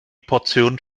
portion